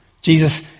Jesus